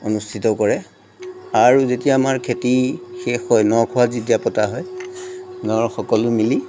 অনুষ্ঠিত কৰে আৰু যেতিয়া আমাৰ খেতি শেষ হয় নখোৱা যেতিয়া পতা হয় গাঁৱৰ সকলো মিলি